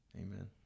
Amen